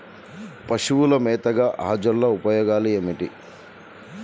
పశువుల మేతగా అజొల్ల ఉపయోగాలు ఏమిటి?